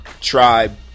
Tribe